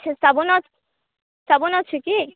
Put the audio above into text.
ସେ ସାବୁନ ଅଛ ସାବୁନ ଅଛି କି